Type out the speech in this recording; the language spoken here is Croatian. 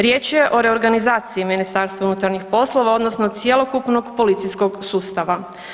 Riječ je o reorganizaciji MUP-a odnosno cjelokupnog policijskog sustava.